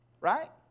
right